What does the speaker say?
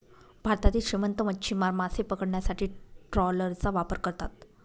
भारतातील श्रीमंत मच्छीमार मासे पकडण्यासाठी ट्रॉलरचा वापर करतात